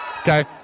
Okay